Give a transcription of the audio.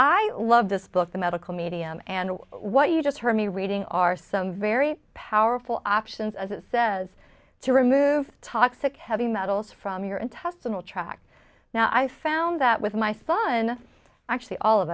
i love this book the medical medium and what you just heard me reading are some very powerful options as it says to remove toxic heavy metals from your intestinal tract now i found that with my son actually all of